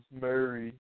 Mary